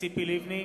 ציפי לבני,